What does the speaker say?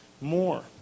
More